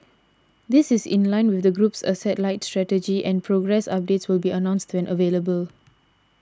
this is in line with the group's asset light strategy and progress updates will be announced when available